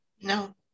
no